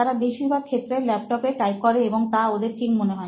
তারা বেশিরভাগ ক্ষেত্রে ল্যাপটপে টাইপ করে এবং তা ওদের ঠিক মনে হয়